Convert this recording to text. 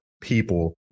people